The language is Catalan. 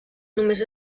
només